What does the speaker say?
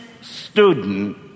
student